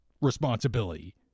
responsibility